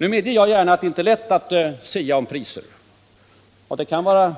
Nu medger jag gärna att det inte är lätt att sia om priser, och det skulle vara